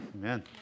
Amen